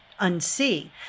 unsee